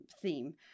theme